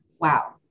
wow